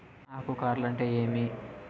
ఆకు కార్ల్ అంటే ఏమి?